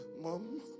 Mom